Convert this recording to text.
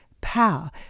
power